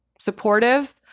supportive